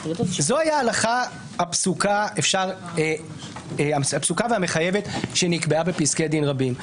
זוהי ההלכה הפסוקה והמחייבת שנקבעה בפסקי דין רבים.